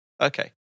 Okay